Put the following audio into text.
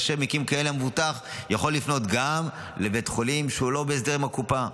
במקרים כאלה המבוטח יכול לפנות גם לבית חולים שהוא לא בהסדר עם הקופה.